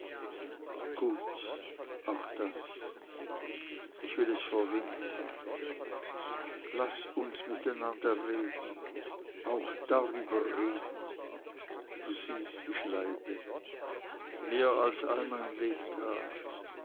gut auch das ich will es verwinden laß uns miteinander reden auch darüber reden du siehst ich leide mehr als all mein lebtag